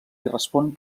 respon